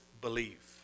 believe